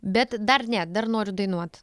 bet dar ne dar noriu dainuot